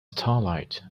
starlight